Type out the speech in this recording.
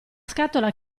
scatola